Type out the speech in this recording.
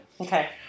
Okay